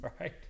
Right